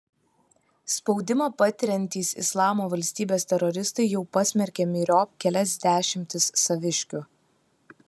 spaudimą patiriantys islamo valstybės teroristai jau pasmerkė myriop kelias dešimtis saviškių